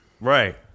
Right